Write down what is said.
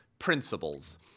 principles